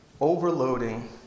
overloading